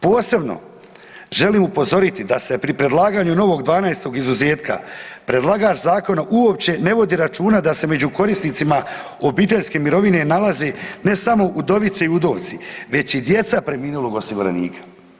Posebno želim upozoriti da se pri predlaganju novog 12 izuzetka predlagač zakona uopće ne vodi računa da se među korisnicima obiteljske mirovine nalaze ne samo udovice i udovci već i djeca preminulog osiguranika.